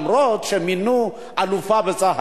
אף-על-פי שמינו אלופה בצה"ל.